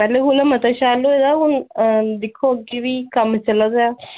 पैह्ले कोला मता शैल होए दा हून दिक्खो अग्गें बी कम्म चलै दा